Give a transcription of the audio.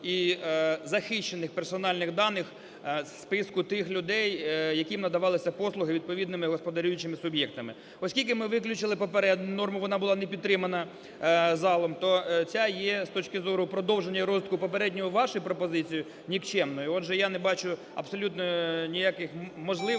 і захищених персональних даних списку тих людей, які надавалися послуги відповідними господарюючими суб'єктами. Оскільки ми включили попередню норму, вона була не підтримана залом, то ця є з точки зору продовження і розвитку попередньої вашої пропозиції нікчемною. Отже, я не бачу абсолютно ніяких можливостей,